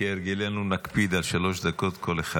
וכהרגלנו נקפיד על שלוש דקות לכל אחד.